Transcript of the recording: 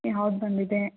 ಯಾವ್ದು ಬಂದಿದೆ